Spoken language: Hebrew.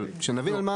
אבל שנבין על מה.